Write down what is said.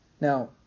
Now